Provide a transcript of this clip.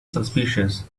suspicious